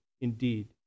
indeed